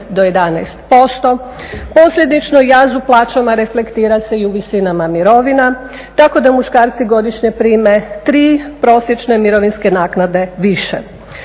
do 11%. Posljedično JAZU plaćama reflektira se i u visinama mirovina, tako da muškarci godišnje prime 3 prosječne mirovinske naknade više.